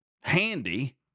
handy